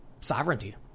sovereignty